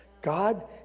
God